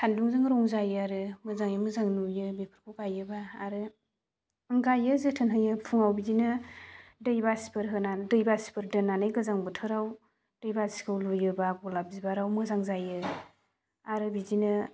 सान्दुंजों रं जायो आरो मोजाङै मोजां नुयो बेफोरखौ गायोबा आरो आं गायो जोथोन होयो फुङाव बिदिनो दैबासिफोर होना दै बासिफोर दोननानै गोजां बोथोराव दै बासिखौ लुयोबा गलाप बिबाराव मोजां जायो आरो बिदिनो